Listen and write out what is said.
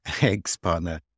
ex-partner